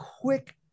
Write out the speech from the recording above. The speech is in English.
quick